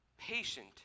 patient